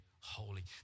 holy